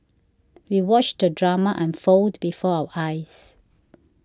we watched the drama unfold before our eyes